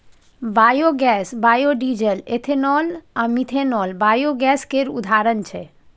biogas, biodiesel, ethanol आ methanol biogas केर उदाहरण छै